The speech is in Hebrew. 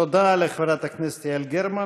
תודה לחברת הכנסת יעל גרמן.